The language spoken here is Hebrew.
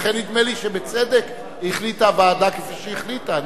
לכן, נדמה לי שבצדק החליטה הוועדה כפי שהחליטה.